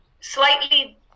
Slightly